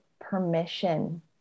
permission